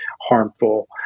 harmful